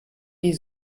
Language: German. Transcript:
die